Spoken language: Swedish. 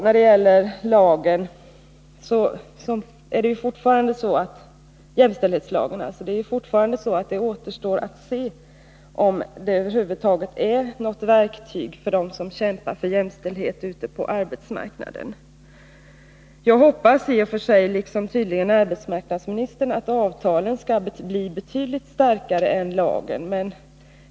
När det gäller jämställdhetslagen är det fortfarande så att det återstår att se om den över huvud taget är något verktyg för dem som kämpar för jämställdhet ute på arbetsmarknaden. Jag hoppas, liksom tydligen arbetsmarknadsministern, att avtalen skall bli betydligt starkare än lagen.